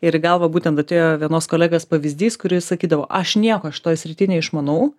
ir į galvą būtent atėjo vienos kolegės pavyzdys kuri sakydavo aš nieko šitoj srity neišmanau